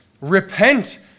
Repent